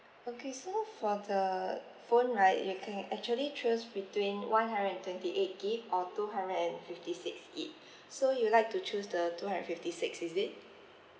okay so for the phone right you can actually choose between one hundred and twenty eighty G_B or two hundred and fifty sixty G_B so you like to choose the two hundred fifty six is it